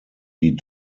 die